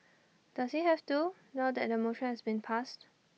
does he have to now that the motion has been passed